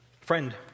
Friend